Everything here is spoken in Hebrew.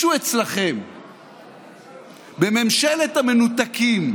הוא מכהן בתפקידו